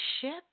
ship